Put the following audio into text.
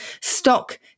stock